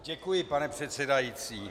Děkuji, pane předsedající.